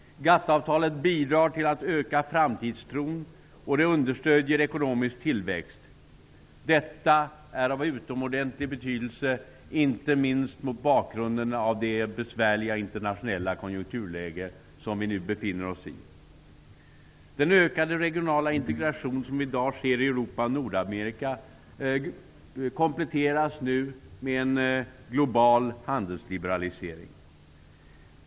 GATT-avtalet bidrar till att öka framtidstron, och det understöder ekonomisk tillväxt. Detta är av utomordentlig betydelse, inte minst mot bakgrunden av det besvärliga internationella konjunkturläge som vi nu befinner oss i. Den ökade regionala integration som i dag sker i Europa och Nordamerika kompletteras nu med en global handelsliberalisering.